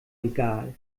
egal